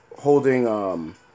holding